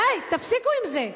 די, תפסיקו עם זה.